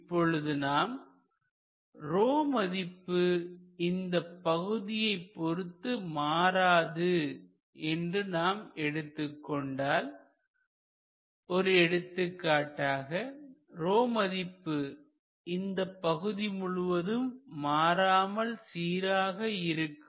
இப்பொழுது நாம் மதிப்பு இந்தப் பகுதியைப் பொறுத்து மாறாது என்று நாம் எடுத்துக்கொண்டால்ஒரு எடுத்துக்காட்டாக மதிப்பு ஒரு பகுதி முழுவதும் மாறாமல் சீராக இருக்கும்